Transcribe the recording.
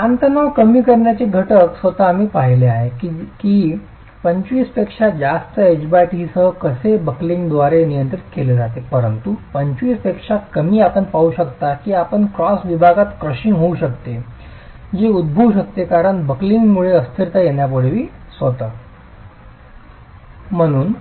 ताणतणाव कमी करण्याचे घटक स्वतःच आम्ही पाहिले आहे की 25 पेक्षा जास्त ht सह कसे हे बकलिंगद्वारे नियंत्रित केले जाते परंतु 25 पेक्षा कमी आपण पाहू शकता की आपण क्रॉस विभागात क्रश होऊ शकता जे उद्भवू शकते कारण बकलिंगमुळे अस्थिरता येण्यापूर्वी स्वतः म्हणून